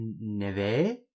neve